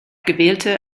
gewählte